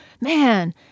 man